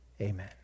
Amen